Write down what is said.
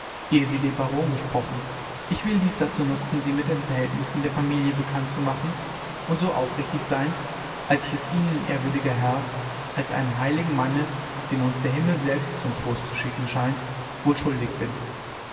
sie den baron gesprochen ich will dies dazu benutzen sie mit den verhältnissen der familie bekannt zu machen und so aufrichtig zu sein als ich es ihnen ehrwürdiger herr als einem heiligen manne den uns der himmel selbst zum trost zu schicken scheint wohl schuldig bin